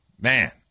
Man